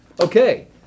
okay